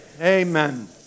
Amen